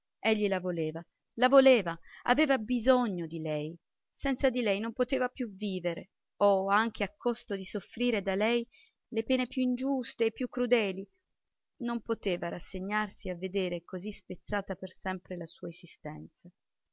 egli la voleva la voleva aveva bisogno di lei senza di lei non poteva più vivere oh anche a costo di soffrire da lei le pene più ingiuste e più crudeli non poteva rassegnarsi a vedere così spezzata per sempre la sua esistenza